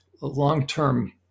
long-term